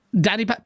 Danny